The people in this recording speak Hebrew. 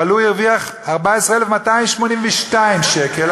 אבל הוא הרוויח 14,282 שקל,